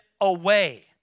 away